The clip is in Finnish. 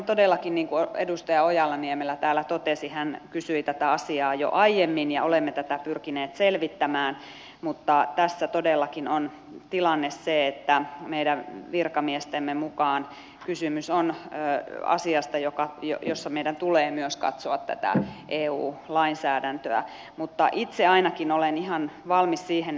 niin kuin edustaja ojala niemelä täällä totesi hän kysyi tätä asiaa jo aiemmin me olemme todellakin tätä pyrkineet selvittämään mutta tässä todellakin on tilanne se että meidän virkamiestemme mukaan kysymys on asiasta jossa meidän tulee myös katsoa tätä eu lainsäädäntöä mutta itse ainakin olen ihan valmis siihen